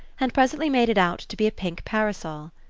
and presently made it out to be a pink parasol.